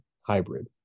hybrid